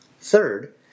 Third